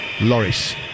Loris